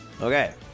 Okay